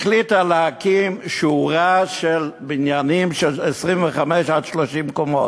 החליטה להקים שורה של בניינים של 25 30 קומות,